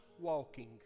walking